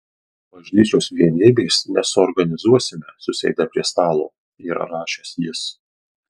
bažnyčios vienybės nesuorganizuosime susėdę prie stalo yra rašęs jis